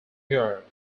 year